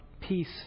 peace